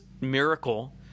miracle